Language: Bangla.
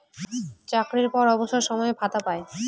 চাকরির পর অবসর সময়ে ভাতা পায়